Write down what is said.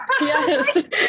Yes